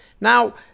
Now